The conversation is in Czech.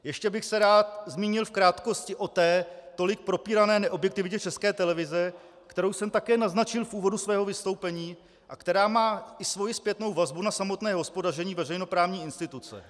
Ještě bych se rád v krátkosti zmínil o té tolik propírané neobjektivitě České televize, kterou jsem také naznačil v úvodu svého vystoupení a která má i svou zpětnou vazbu na samotné hospodaření veřejnoprávní instituce.